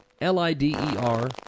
l-i-d-e-r